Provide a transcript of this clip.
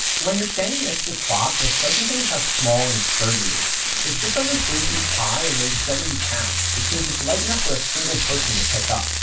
when you're standing next to spot, the striking thing is how small and sturdy it is. it's just under three feet high and weighs seventy pounds, which means it's light enough for a single person to pick up.